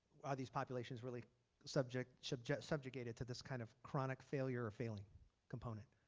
are these populations really subject subject subjugated to this kind of chronic failure or failing component?